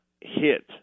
hit